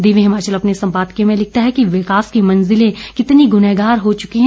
दिव्य हिमाचल अपने संपादकीय में लिखता है कि विकास की मंजिलें कितनी गुनाहगार हो चुकी हैं